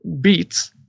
beats